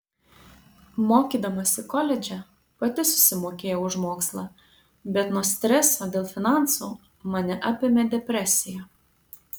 mokydamasi koledže pati susimokėjau už mokslą bet nuo streso dėl finansų mane apėmė depresija